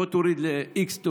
תוריד ל-x,